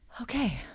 Okay